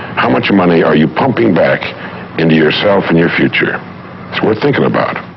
how much money are you pumping back into yourself and your future? it's worth thinking about.